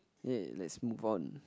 yay let's move on